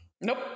nope